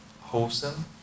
wholesome